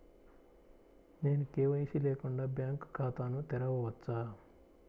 నేను కే.వై.సి లేకుండా బ్యాంక్ ఖాతాను తెరవవచ్చా?